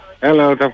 Hello